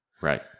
Right